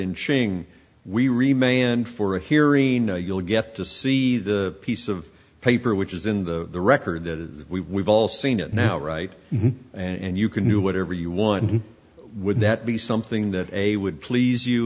showing we remain in for a hearing you'll get to see the piece of paper which is in the record that we've all seen it now right and you can do whatever you want would that be something that a would please you